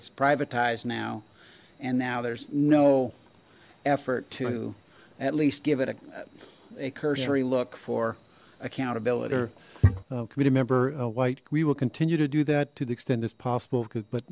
it's privatized now and now there's no effort to at least give it a a cursory look for accountability remember white we will continue to do that to the extent as possible b